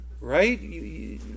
right